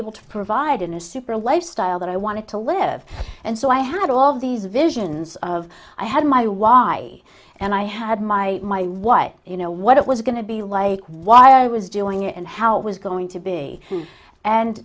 able to provide in a super lifestyle that i wanted to live and so i had all of these visions of i had my y and i had my wife you know what it was going to be like why i was doing it and how it was going to be and